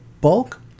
bulk